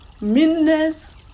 meanness